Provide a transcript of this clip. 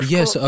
Yes